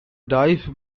dive